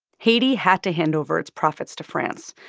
haiti had to hand over its profits to france,